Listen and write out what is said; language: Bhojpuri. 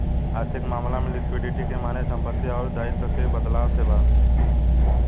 आर्थिक मामला में लिक्विडिटी के माने संपत्ति अउर दाईत्व के बदलाव से बा